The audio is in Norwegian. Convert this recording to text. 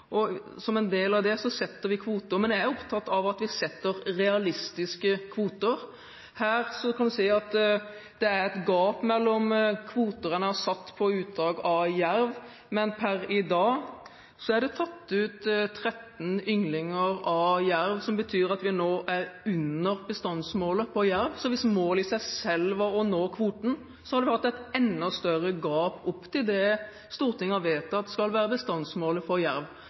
og som en del av det setter vi kvoter. Jeg er opptatt av at vi setter realistiske kvoter. Her kan man si at det er et gap mellom kvoter en har satt på uttak av jerv, men per i dag er det tatt ut 13 ynglinger av jerv, noe som betyr at vi nå er under bestandsmålet for jerv. Hvis målet i seg selv var å nå kvoten, hadde det vært et enda større gap opp til det Stortinget har vedtatt skal være bestandsmålet for jerv.